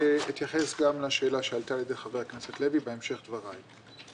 ואתייחס גם לשאלה שעלתה על-ידי חבר הכנסת לוי בהמשך דבריי.